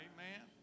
Amen